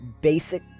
basic